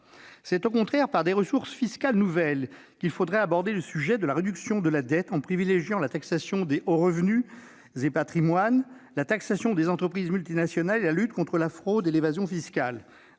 C'est au contraire par des ressources fiscales nouvelles qu'il faudrait aborder le sujet de la réduction de la dette, en privilégiant la taxation des hauts revenus, des hauts patrimoines et des entreprises multinationales, ainsi que la lutte contre la fraude et l'évasion fiscales.